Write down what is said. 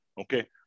okay